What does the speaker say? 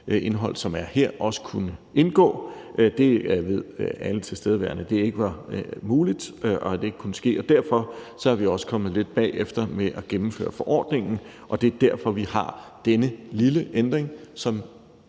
indhold, som er her, også kunne indgå. Det ved alle tilstedeværende ikke var muligt og ikke kunne ske. Derfor er vi også kommet lidt bagefter med at gennemføre forordningen, og det er derfor, vi har denne lille ændring, som